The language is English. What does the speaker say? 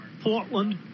Portland